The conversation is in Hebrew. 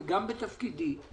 וגם בתפקידי,